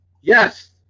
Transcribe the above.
Yes